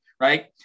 Right